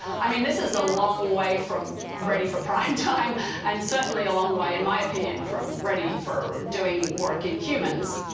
i mean, this is a long way from ready for primetime and certainly a long way, in my opinion, from ready for doing work in humans.